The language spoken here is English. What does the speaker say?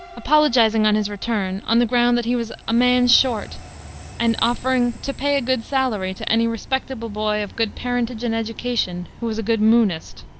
apologizing on his return on the ground that he was a man short and offering to pay a good salary to any respectable boy of good parentage and education who is a good moonist.